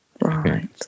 Right